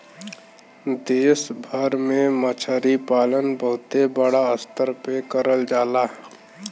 देश भर में मछरी पालन बहुते बड़ा स्तर पे करल जाला